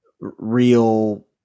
real